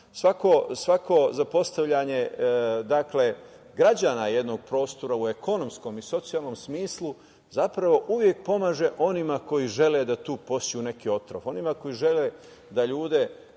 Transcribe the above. svako zapostavljanje građana jednog prostora u ekonomskom i socijalnom smislu zapravo uvek pomaže onima koji žele da tu poseju neki otrov. Onima koji žele da ljude